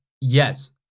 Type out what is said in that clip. Yes